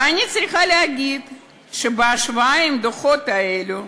ואני צריכה להגיד שבהשוואה לדוחות האלה,